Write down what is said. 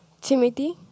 Timothy